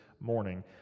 morning